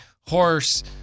horse